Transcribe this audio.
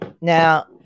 Now